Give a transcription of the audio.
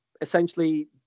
Essentially